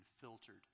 filtered